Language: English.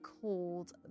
called